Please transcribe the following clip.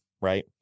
right